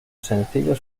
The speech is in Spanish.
sencillos